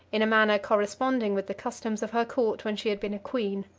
in a manner corresponding with the customs of her court when she had been a queen.